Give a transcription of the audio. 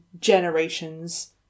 generations